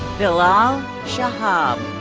bilal shahab.